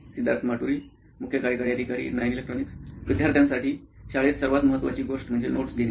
सिद्धार्थ माटुरी मुख्य कार्यकारी अधिकारी नॉइन इलेक्ट्रॉनिक्स विद्यार्थ्यांसाठी शाळेत सर्वात महत्वाची गोष्ट म्हणजे नोट्स घेणे